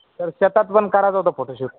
sir शेतात पण करायचं होतं फोटोशूट